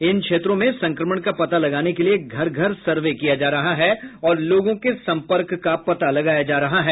इन क्षेत्रों में संक्रमण का पता लगाने के लिए घर घर सर्वे किया जा रहा है और लोगों के सम्पर्क का पता लगाया जा रहा है